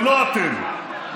ולא אתם,